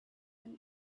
asked